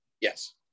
Yes